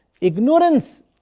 ignorance